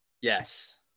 yes